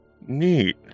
Neat